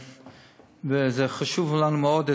וזה חשוב לנו מאוד,